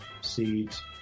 seeds